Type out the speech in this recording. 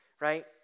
right